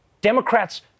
Democrats